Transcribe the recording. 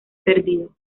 perdido